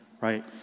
right